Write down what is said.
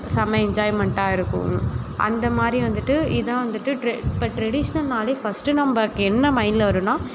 செம்ம என்ஜாய்மெண்ட்டாக இருக்கும் அந்த மாதிரி வந்துட்டு இதுதான் வந்துட்டு ட்ரெ இப்ப ட்ரெடிஷனல்னா ஃபஸ்ட்டு நம்பளுக்கு என்ன மைண்டில் வரும்னால்